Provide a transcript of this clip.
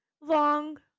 Long